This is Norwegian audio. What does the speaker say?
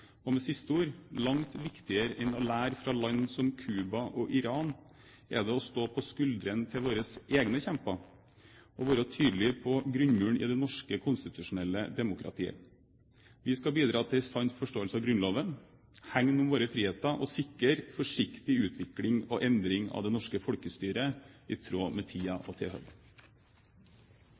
og med de siste ord: langt viktigere enn å lære fra land som Cuba og Iran er det å stå på skuldrene til våre egne kjemper og være tydelige på grunnmuren i det norske, konstitusjonelle demokratiet. Vi skal bidra til en sann forståelse av Grunnloven, hegne om våre friheter og sikre forsiktig utvikling og endring av det norske folkestyret, i tråd med